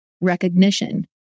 Recognition